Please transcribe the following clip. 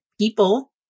people